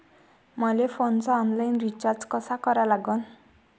मले फोनचा online recharge कसा करा लागन?